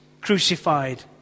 crucified